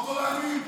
שולח אותי לאירופה?